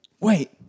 Wait